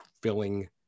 filling